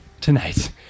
Tonight